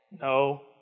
No